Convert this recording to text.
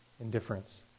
indifference